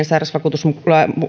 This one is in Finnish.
sairausvakuutuslain